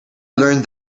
learned